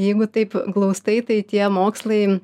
jeigu taip glaustai tai tie mokslai